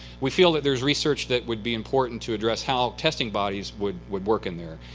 we feel that there's research that would be important to address how testing bodies would would work in there.